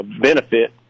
benefit